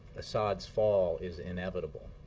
assad's fall is inevitable.